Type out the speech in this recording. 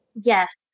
Yes